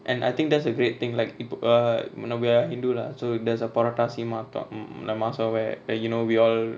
and I think that's a great thing like ip~ uh நம்ம:namma hindu lah so there's a baratta செய்ய மாட்டோ:seiya maato mm nam~ mass ah where that you know we all